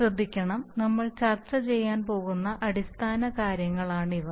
ശ്രദ്ധിക്കണം നമ്മൾ ചർച്ച ചെയ്യാൻ പോകുന്ന അടിസ്ഥാന കാര്യങ്ങളാണിവ